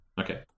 Okay